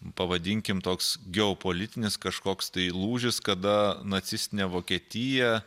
pavadinkim toks geopolitinis kažkoks tai lūžis kada nacistinė vokietija